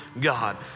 God